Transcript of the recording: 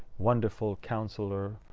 wonderful counselor,